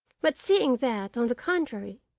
but, seeing that, on the contrary,